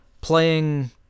playing